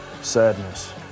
sadness